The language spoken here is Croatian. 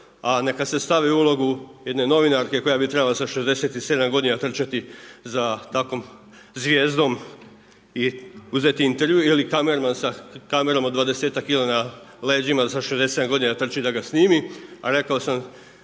A neka se stavi u ulogu jedne novinarke koja bi trebala sa 67 godina trčati za takvom zvijezdom i uzeti intervju ili kamerman sa kamerom od 20kg na leđima sa 67 godina trći da ga snimi. A rekao sam,